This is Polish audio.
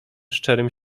szczerym